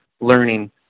learning